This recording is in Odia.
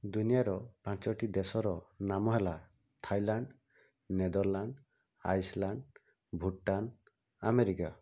ଦୁନିଆର ପାଞ୍ଚୋଟି ଦେଶର ନାମ ହେଲା Thailand Netherland Iceland Bhutan America